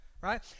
Right